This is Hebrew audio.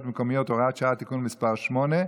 המקומיות (הוראת שעה) (תיקון מס' 8),